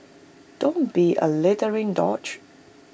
don't be A littering douche